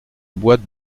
boîte